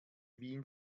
wien